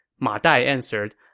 ma dai answered,